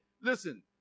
Listen